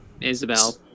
Isabel